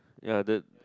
ya the